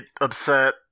upset